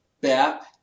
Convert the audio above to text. BAP